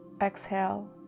Exhale